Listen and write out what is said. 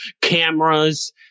cameras